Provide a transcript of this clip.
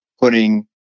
putting